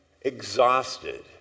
exhausted